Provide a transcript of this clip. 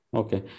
okay